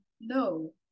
No